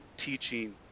teaching